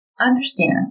Understand